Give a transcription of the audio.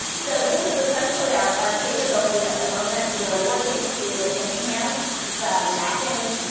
so this is essentially our our capability at the moment. we're working to enhance the mapping